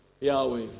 Yahweh